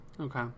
okay